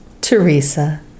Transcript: Teresa